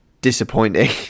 disappointing